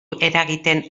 eragiten